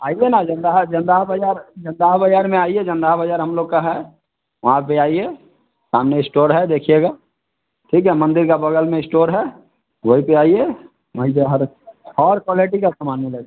आइए न जंदहा जंदहा बाज़ार जंदहा बाज़ार में आइए जंदहा बाज़ार हम लोग का है वहाँ पर आइए सामने इस्टोर है देखिएगा ठीक है मंदिर के बगल में इस्टोर है वहीं पर आइए वहीं पर हर हर क्वालेटी का सामान मिलेगा